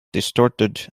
distorted